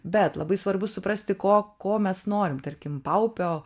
bet labai svarbu suprasti ko ko mes norim tarkim paupio